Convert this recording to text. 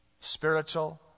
Spiritual